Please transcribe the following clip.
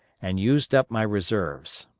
and used up my reserves.